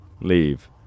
leave